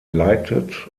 leitet